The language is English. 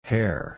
Hair